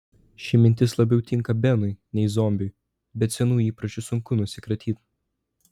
ši mintis labiau tinka benui nei zombiui bet senų įpročių sunku nusikratyti